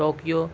Tokyo